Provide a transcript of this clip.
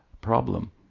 Problem